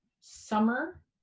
summer